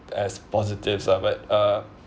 as positives lah but uh